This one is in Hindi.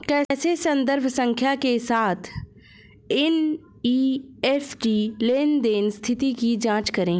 कैसे संदर्भ संख्या के साथ एन.ई.एफ.टी लेनदेन स्थिति की जांच करें?